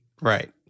Right